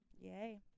Yay